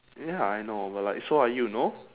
ya I know but like so are you no